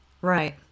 Right